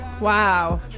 Wow